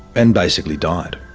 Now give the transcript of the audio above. and basically died.